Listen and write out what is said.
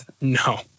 No